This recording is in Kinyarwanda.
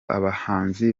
abahanzi